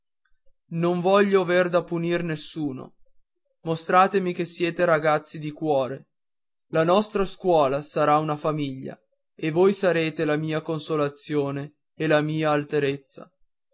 non voglio aver da punire nessuno mostratemi che siete ragazzi di cuore la nostra scuola sarà una famiglia e voi sarete la mia consolazione e la mia alterezza